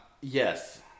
Yes